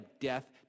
death